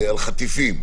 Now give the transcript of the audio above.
חטיפים.